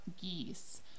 geese